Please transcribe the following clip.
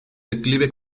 declive